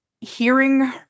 hearing